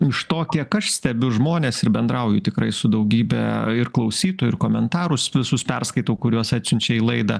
iš to kiek aš stebiu žmones ir bendrauju tikrai su daugybe ir klausytojų ir komentarus visus perskaitau kuriuos atsiunčia į laidą